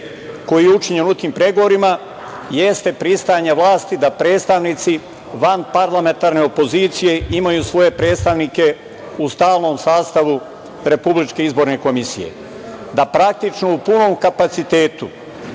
koji je učinjen u tim pregovorima jeste pristajanje vlasti da predstavnici vanparlamentarne opozicije imaju svoje predstavnike u stalnom sastavu RIK, da praktično u punom kapacitetu,